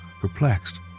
perplexed